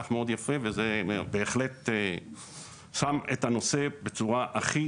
מאוד יפה וזה בהחלט שם את הנושא בצורה הכי